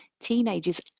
Teenagers